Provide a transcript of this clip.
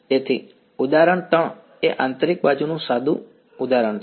તેથી ઉદાહરણ 3 એ આંતરિક બાજુનું સારું ઉદાહરણ છે